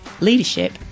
leadership